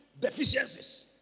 deficiencies